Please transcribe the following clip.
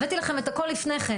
הבאתי לכם את הכל לפני כן.